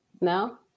no